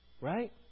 right